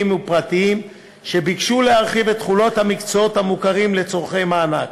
ופרטיים להרחיב את תחולת המקצועות המוכרים לצורכי מענק.